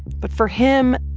but for him,